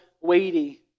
weighty